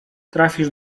trafisz